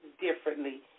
differently